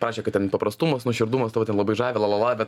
pašė kad ten paprastumas nuoširdumas tavo ten lavai žavi lalala bet